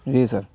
جی سر